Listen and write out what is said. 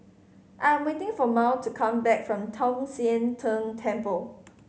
I am waiting for Mal to come back from Tong Sian Tng Temple